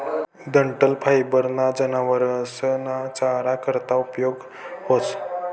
डंठल फायबर ना जनावरस ना चारा करता उपयोग व्हस